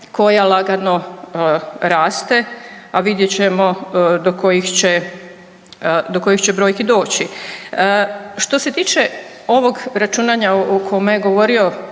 koja lagano raste, a vidjet ćemo do kojih će, do kojih će brojki doći. Što se tiče ovog računanja o kome je govorio